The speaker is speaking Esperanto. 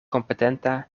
kompetenta